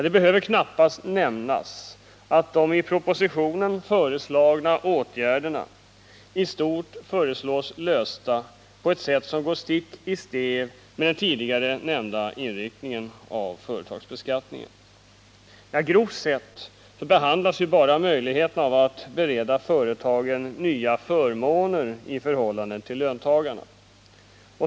Det behöver knappast nämnas att de i propositionen föreslagna åtgärderna i stort föreslås lösta på ett sätt som går stick i stäv med den tidigare nämnda inriktningen av företagsbeskattningen. Grovt sett behandlas bara möjligheterna av att bereda företagen nya förmåner i förhållande till löntagarna.